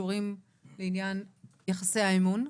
קשור לעניין יחסי האמון,